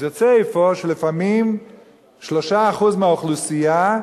אז יוצא אפוא שלפעמים 3% מהאוכלוסייה,